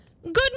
Good